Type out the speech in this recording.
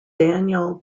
daniel